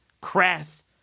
crass